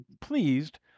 pleased